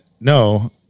no